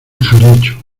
jarocho